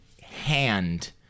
hand